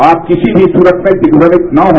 आप किसी भी सूरत में दिग्नमित न हो